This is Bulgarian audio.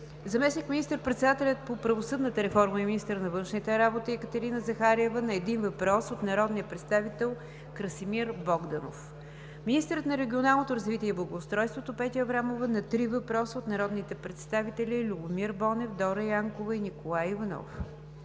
заместник министър-председателят по правосъдната реформа и министър на външните работи Екатерина Захариева на един въпрос от народния представител Красимир Богданов; - министърът на регионалното развитие и благоустройството Петя Аврамова на три въпроса от народните представители Любомир Бонев, Дора Янкова и Николай Иванов;